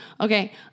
Okay